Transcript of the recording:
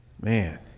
man